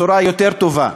בשורה יותר טובה: